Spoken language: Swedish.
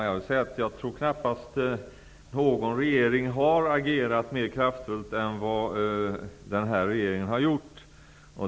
Herr talman! Jag tror att knappast någon regering agerat kraftfullare än vad denna regering har gjort.